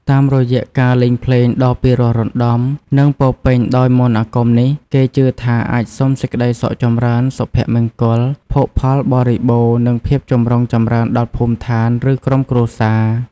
តាមរយៈការលេងភ្លេងដ៏ពីរោះរណ្តំ និងពោរពេញដោយមន្តអាគមនេះ គេជឿថាអាចសុំសេចក្តីសុខចម្រើន សុភមង្គល ភោគផលបរិបូណ៌ និងភាពចម្រុងចម្រើនដល់ភូមិឋាន ឬក្រុមគ្រួសារ។